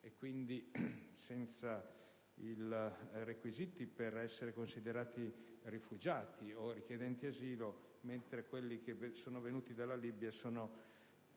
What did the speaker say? e quindi senza i requisiti per essere considerati rifugiati o richiedenti asilo, mentre quelli che vengono dalla Libia sono